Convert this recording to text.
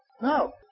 No